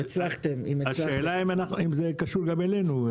השאלה אם זה קשור גם אלינו.